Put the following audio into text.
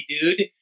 dude